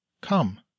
come